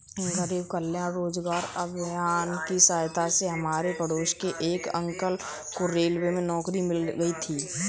गरीब कल्याण रोजगार अभियान की सहायता से हमारे पड़ोस के एक अंकल को रेलवे में नौकरी मिल गई थी